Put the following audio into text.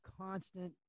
constant